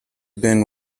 been